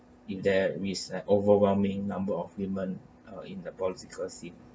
if there is an overwhelming number of women uh in the political scene